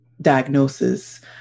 diagnosis